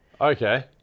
Okay